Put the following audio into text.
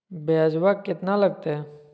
ब्यजवा केतना लगते?